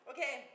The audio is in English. Okay